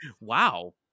Wow